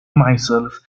myself